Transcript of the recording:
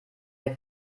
der